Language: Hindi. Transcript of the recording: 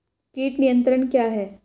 कीट नियंत्रण क्या है?